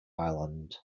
island